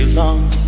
long